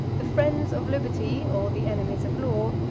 the friends of liberty, or the enemies of law,